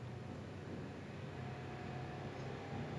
ya because நம்ம:namma singapore leh எல்லாமே:ellaamae mix ah தான இருக்கு:thana irukku